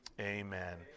Amen